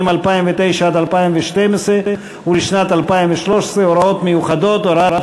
2009 עד 2012 ולשנת 2013 (הוראות מיוחדות) (הוראת